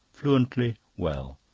fluently, well.